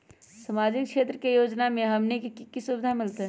सामाजिक क्षेत्र के योजना से हमनी के की सुविधा मिलतै?